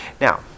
now